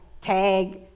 tag